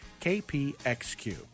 KPXQ